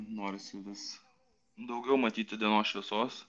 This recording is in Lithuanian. norisi vis daugiau matyti dienos šviesos